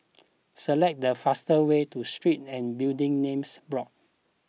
select the faster way to Street and Building Names Board